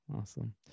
Awesome